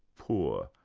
poor,